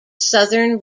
southern